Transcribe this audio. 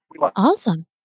awesome